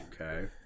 Okay